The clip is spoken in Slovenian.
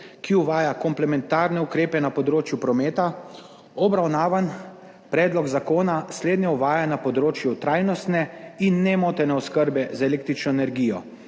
ki uvaja komplementarne ukrepe na področju prometa, obravnavan predlog zakona slednje uvaja na področju trajnostne in nemotene oskrbe z električno energijo,